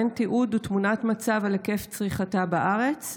אין תיעוד ותמונת מצב על היקף צריכתה בארץ,